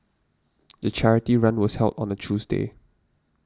the charity run was held on the Tuesday